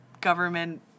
government